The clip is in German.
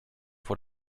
vor